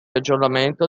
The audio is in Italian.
aggiornamento